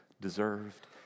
deserved